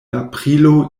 aprilo